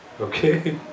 Okay